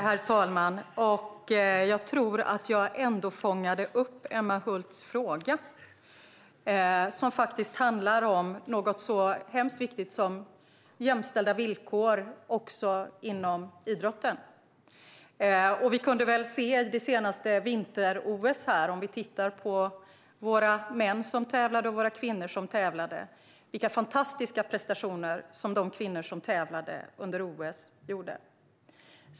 Herr talman! Jag tror att jag ändå fångade upp Emma Hults fråga som handlar om något så viktigt som jämställda villkor också inom idrotten. Vid det senaste vinter-OS kunde vi se vilka fantastiska prestationer som våra kvinnor som tävlade gjorde.